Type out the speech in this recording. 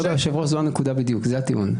כבוד יושב הראש, זו הנקודה בדיוק, זה הטיעון.